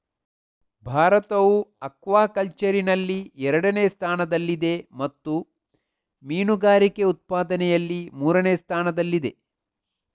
ಭಾರತವು ಅಕ್ವಾಕಲ್ಚರಿನಲ್ಲಿ ಎರಡನೇ ಸ್ಥಾನದಲ್ಲಿದೆ ಮತ್ತು ಮೀನುಗಾರಿಕೆ ಉತ್ಪಾದನೆಯಲ್ಲಿ ಮೂರನೇ ಸ್ಥಾನದಲ್ಲಿದೆ